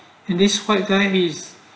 and this white guy bees